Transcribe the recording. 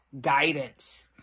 guidance